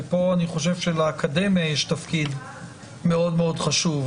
ופה אני חושב שלאקדמיה יש תפקיד מאוד חשוב.